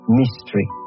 mystery